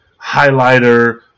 highlighter